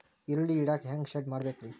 ಈರುಳ್ಳಿ ಇಡಾಕ ಹ್ಯಾಂಗ ಶೆಡ್ ಮಾಡಬೇಕ್ರೇ?